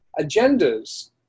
agendas